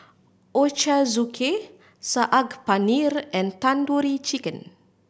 Ochazuke Saag Paneer and Tandoori Chicken